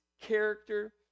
character